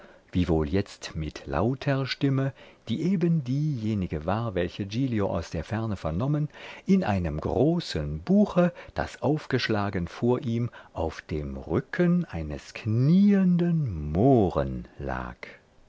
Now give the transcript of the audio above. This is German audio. jetzt mit lauter stimme die eben diejenige war welche giglio aus der ferne vernommen in einem großen buche das aufgeschlagen vor ihm auf dem rücken eines knieenden mohren lag